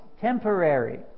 temporary